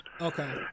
Okay